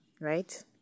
Right